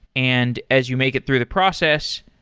and as you make it through the process,